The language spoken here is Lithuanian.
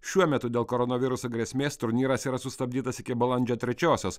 šiuo metu dėl koronaviruso grėsmės turnyras yra sustabdytas iki balandžio trečiosios